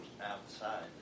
outside